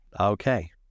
Okay